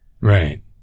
Right